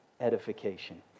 edification